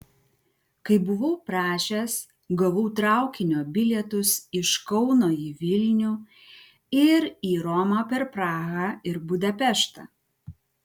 kaip buvau prašęs gavau traukinio bilietus iš kauno į vilnių ir į romą per prahą ir budapeštą